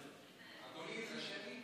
אדוני, זה שמית?